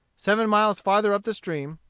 seven miles farther up the stream,